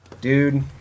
Dude